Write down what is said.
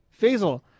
Faisal